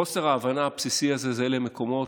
חוסר ההבנה הבסיסי הזה זהה למקומות,